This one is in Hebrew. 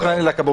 תודה לך.